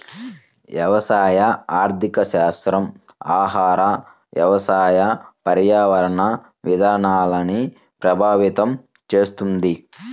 వ్యవసాయ ఆర్థికశాస్త్రం ఆహార, వ్యవసాయ, పర్యావరణ విధానాల్ని ప్రభావితం చేస్తుంది